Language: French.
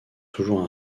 toujours